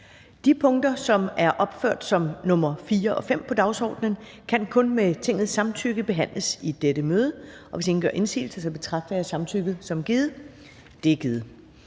De punkter, som er opført som nr. 4 og 5 på dagsordenen, kan kun med Tingets samtykke behandles i dette møde. Hvis ingen gør indsigelse, betragter jeg samtykket som givet. Det er givet.